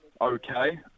okay